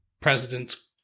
president's